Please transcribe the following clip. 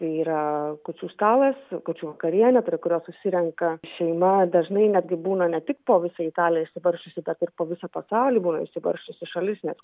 tai yra kūčių stalas kūčių vakarienė prie kurios susirenka šeima dažnai netgi būna ne tik po visą italiją išsibarsčiusių bet ir po visą pasaulį būna išsibarsčiusi šalis net